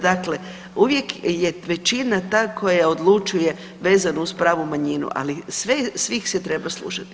Dakle, uvijek je većina ta koja odlučuje vezano uz pravu manjinu, ali svih se treba slušati.